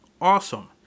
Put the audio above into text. awesome